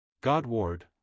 Godward